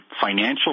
financial